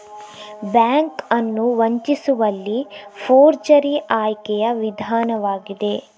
bank ಅನ್ನು ವಂಚಿಸುವಲ್ಲಿ forgery ಆಯ್ಕೆಯ ವಿಧಾನವಾಗಿದೆ